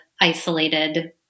isolated